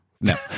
no